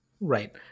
Right